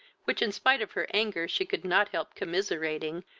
which, in spite of her anger, she could not help commiserating,